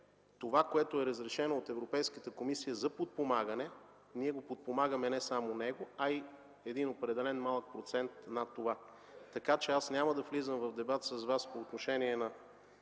това, което е разрешено от Европейската комисия за подпомагане, подпомагаме не само него, но и определен малък процент над това. Няма да влизам в дебат с Вас по отношение на